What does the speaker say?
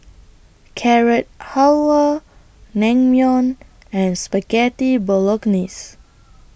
Carrot Halwa Naengmyeon and Spaghetti Bolognese